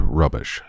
rubbish